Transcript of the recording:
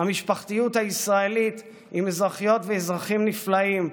המשפחתיות הישראלית עם אזרחיות ואזרחים נפלאים,